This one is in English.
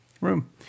room